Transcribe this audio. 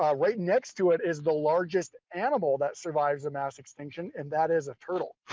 um right next to it is the largest animal that survives a mass extinction, and that is a turtle.